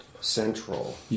central